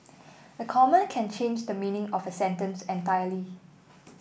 a comma can change the meaning of a sentence entirely